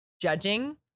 judging